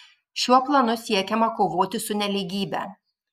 šiuo planu siekiama kovoti su nelygybe